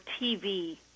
TV